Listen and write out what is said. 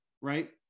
right